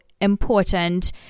important